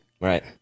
Right